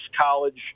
college